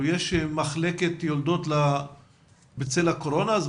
האם יש מחלקת יולדות בצל הקורונה?